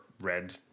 red